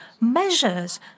measures